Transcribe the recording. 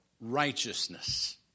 righteousness